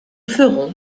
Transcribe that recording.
ferons